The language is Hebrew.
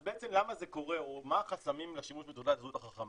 אז בעצם למה זה קורה או מה החסמים לשימוש בתעודת הזהות החכמה?